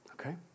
Okay